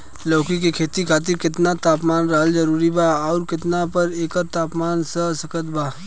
लौकी के खेती खातिर केतना तापमान रहल जरूरी बा आउर केतना तक एकर तापमान सह सकत बा?